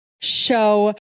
show